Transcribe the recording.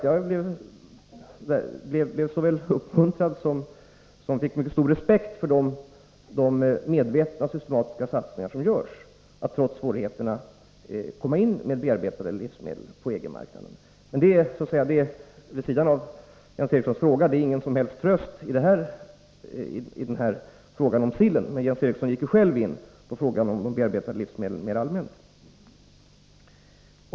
Jag blev uppmuntrad, och jag fick mycket stor respekt för de medvetna och systematiska satsningar som man gör för att trots svårigheterna komma in på EG-marknaden med bearbetade livsmedel. Detta ligger som sagt vid sidan om Jens Erikssons interpellation, och det är ingen som helst tröst i fråga om sillen. Men Jens Eriksson gick ju själv in på frågan om de bearbetade livsmedlen mer allmänt.